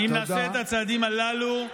אם נעשה את הצעדים הללו,